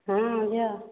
ହଁ ଝିଅ